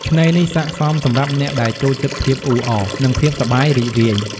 ឆ្នេរនេះស័ក្តិសមសម្រាប់អ្នកដែលចូលចិត្តភាពអ៊ូអរ និងភាពសប្បាយរីករាយ។